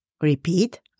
Repeat